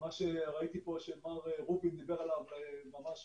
מה שראיתי פה, שמר רובין דיבר עליו ממש